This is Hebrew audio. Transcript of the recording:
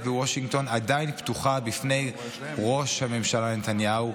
בוושינגטון עדיין פתוחה בפני ראש הממשלה נתניהו,